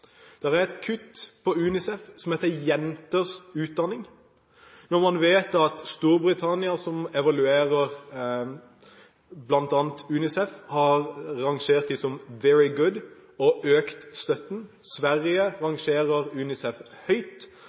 er et kutt til UNICEF til jenters utdanning, når man da vet at Storbritannia som evaluerer bl.a. UNICEF, har rangert dem som «very good» og økt støtten. Sverige rangerer UNICEF høyt,